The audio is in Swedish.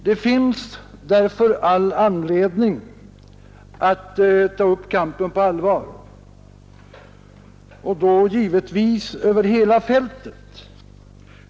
Det finns därför all anledning att ta upp kampen på allvar och då givetvis över hela fältet.